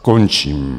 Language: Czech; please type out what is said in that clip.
Končím.